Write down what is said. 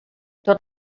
tot